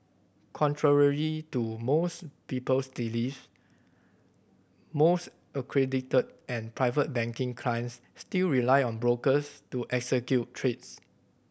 contrary to most people's belief most accredited and private banking clients still rely on brokers to execute trades